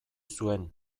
zuen